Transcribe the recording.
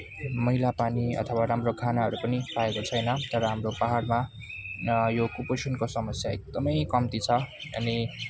मैला पानी अथवा राम्रो खानाहरू पनि पाएको छैन तर हाम्रो पाहाडमा यो कुपोषणको समस्या एकदमै कम्ती छ अनि